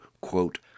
quote